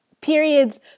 periods